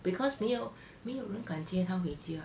because 没有没有人敢接她回家